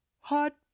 Hot